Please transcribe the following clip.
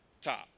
top